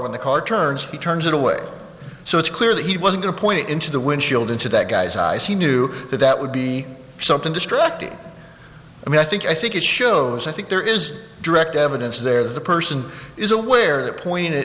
when the car turns he turns it away so it's clear that he wasn't there point into the windshield into that guy's eyes he knew that that would be something distracting i mean i think i think it shows i think there is direct evidence there the person is aware the point it